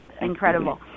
incredible